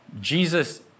Jesus